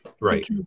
right